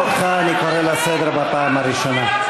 גם אותך אני קורא לסדר בפעם הראשונה.